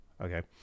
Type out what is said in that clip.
okay